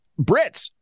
Brits